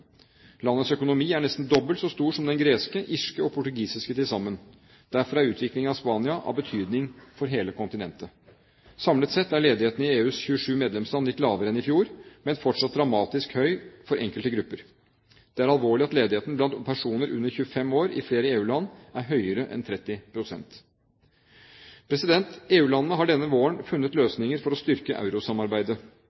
Landets økonomi er nesten dobbelt så stor som den greske, irske og portugisiske til sammen. Derfor er utviklingen i Spania av betydning for hele kontinentet. Samlet sett er ledigheten i EUs 27 medlemsland litt lavere enn i fjor, men fortsatt dramatisk høy for enkelte grupper. Det er alvorlig at ledigheten blant personer under 25 år i flere EU-land er høyere enn 30 pst. EU-landene har denne våren funnet